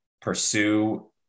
pursue